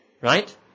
right